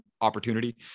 opportunity